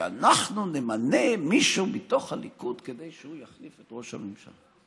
שאנחנו נמנה מישהו מתוך הליכוד כדי שהוא יחליף את ראש הממשלה.